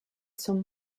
some